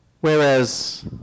whereas